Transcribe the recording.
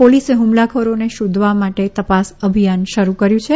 પોલીસે હુમલાકોરોને શોધવા તપાસ અભિયાન શરૂ કર્યું છે